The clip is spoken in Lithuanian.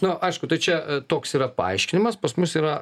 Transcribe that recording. na aišku tai čia toks yra paaiškinimas pas mus yra